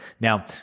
Now